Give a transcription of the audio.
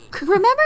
Remember